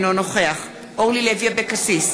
אינו נוכח אורלי לוי אבקסיס,